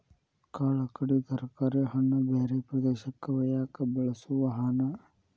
ಕಾಳ ಕಡಿ ತರಕಾರಿ ಹಣ್ಣ ಬ್ಯಾರೆ ಪ್ರದೇಶಕ್ಕ ವಯ್ಯಾಕ ಬಳಸು ವಾಹನಾ